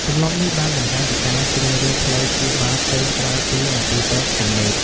ទម្លាប់នេះបានបង្ហាញពីការជ្រើសរើសផ្លូវព្យាបាលផ្សេងក្រៅពីមន្ទីរពេទ្យទំនើប។